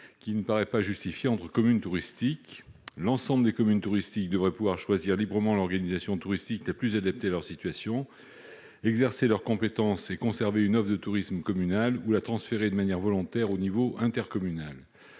de traitement injustifiée entre communes touristiques. Toutes ces communes devraient en effet pouvoir choisir librement l'organisation touristique la plus adaptée à leur situation : exercer leur compétence et conserver un office de tourisme communal, ou la transférer de façon volontaire au niveau intercommunal.